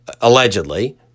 allegedly